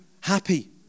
happy